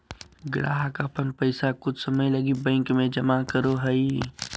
ग्राहक अपन पैसा कुछ समय लगी बैंक में जमा करो हइ